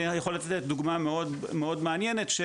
אני יכול לתת דוגמא מאוד מעניין של,